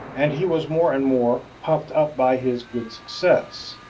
and he was more and more puffed up by his good success,